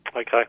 okay